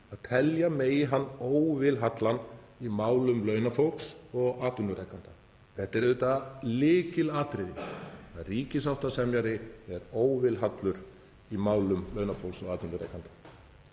að telja megi hann óvilhallan í málum launafólks og atvinnurekenda. Það er auðvitað lykilatriði að ríkissáttasemjari sé óvilhallur í málum launafólks og atvinnurekenda.